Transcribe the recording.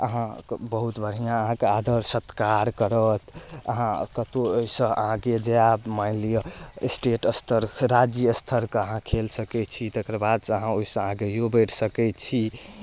अहाँके बहुत बढ़िआँ अहाँके आदर सत्कार करत अहाँ कत्तौ ओइसँ आगे जायब मानिलिअ स्टेट स्तर तऽ राज्यस्तरके अहाँ खेल सकै छी तकर बादसँ अहाँ ओइसँ आगो बढ़ि सकै छी